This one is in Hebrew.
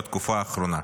בתקופה האחרונה.